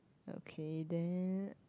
okay then